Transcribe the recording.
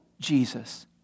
Jesus